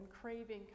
craving